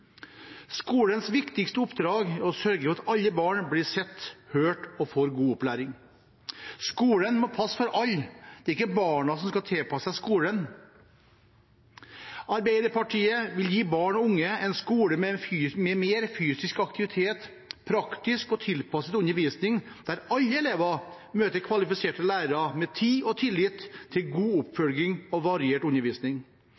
Skolens viktigste oppdrag er å sørge for at alle barn blir sett, hørt og får god opplæring. Skolen må passe for alle. Det er ikke barna som skal tilpasse seg skolen. Arbeiderpartiet vil gi barn og unge en skole med mer fysisk aktivitet og praktisk og tilpasset undervisning der alle elever møter kvalifiserte lærere med tid og tillit til god